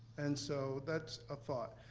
and so that's a thought.